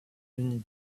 unis